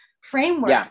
framework